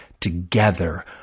together